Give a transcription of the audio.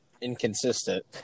inconsistent